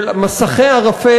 של מסכי ערפל,